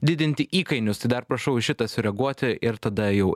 didinti įkainius tai dar prašau į šitą sureaguoti ir tada jau